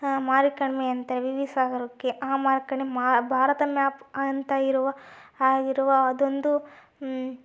ಅಂತೆ ವಿ ವಿ ಸಾಗರಕ್ಕೆ ಆ ಮಾರ್ಕ್ ಅನ್ನು ಭಾರತ ಮ್ಯಾಪ್ ಅಂತ ಇರುವ ಆಗಿರುವ ಅದೊಂದು